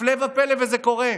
הפלא ופלא, זה קורה.